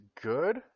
Good